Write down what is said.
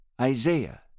Isaiah